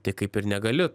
tai kaip ir negali